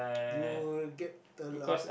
you'll get the love